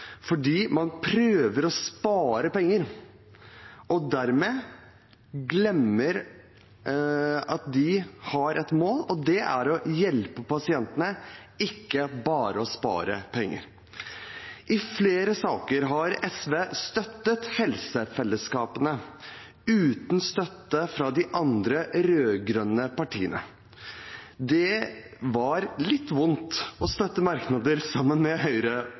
fordi man prøver å spare penger og dermed glemmer at man har et mål, og det er å hjelpe pasientene, ikke bare å spare penger. I flere saker har SV støttet helsefellesskapene uten støtte fra de andre rød-grønne partiene. Det var litt vondt å støtte merknader sammen med